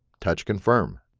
touch confirm.